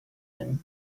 him